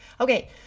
Okay